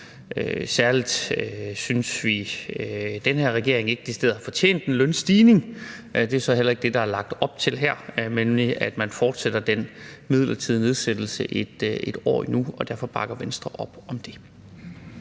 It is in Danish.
Særlig synes vi, at den her regering ikke decideret har fortjent en lønstigning, og det er så heller ikke det, der er lagt op til her, men at man fortsætter den midlertidige nedsættelse 1 år endnu, og derfor bakker Venstre op om det.